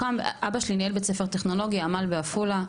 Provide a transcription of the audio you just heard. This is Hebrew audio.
אבא שלי ניהל בית ספר טכנולוגי עמ״ל, בעפולה.